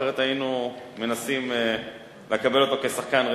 אחרת היינו מנסים לקבל אותו כשחקן רכש.